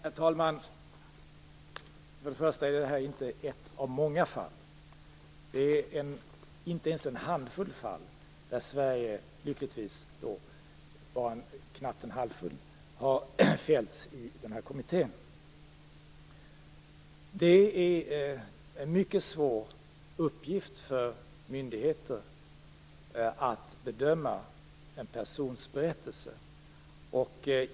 Herr talman! Först och främst är det här inte ett av många fall. Det är lyckligtvis bara i knappt en handfull fall som Sverige har fällts i den här kommittén. Det är en mycket svår uppgift för myndigheter att bedöma en persons berättelse.